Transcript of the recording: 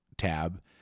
tab